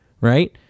right